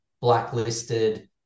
blacklisted